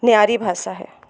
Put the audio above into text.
न्यारी भाषा है